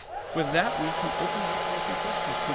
with that we can open it up for a few questions.